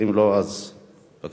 אם לא, אז בבקשה.